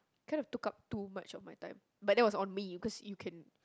kind of took up too much of my time but that was on me cause you can